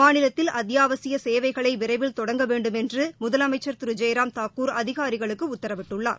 மாநிலத்தில் அத்தியாவசிய சேவைகளை விரைவில் தொடங்க வேண்டும் என்று மாநில முதலமைச்சர் திரு ஜெய்ராம் தாக்கூர் அதிகாரிகளுக்கு உத்தரவிட்டுள்ளார்